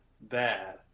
bad